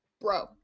Bro